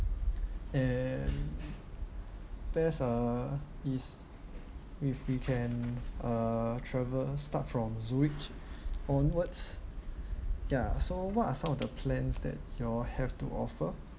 and best uh is we we can uh travel start from zurich onwards ya so what are some of the plans that you all have to offer